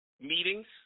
meetings